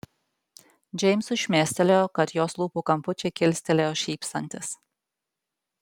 džeimsui šmėstelėjo kad jos lūpų kampučiai kilstelėjo šypsantis